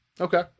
Okay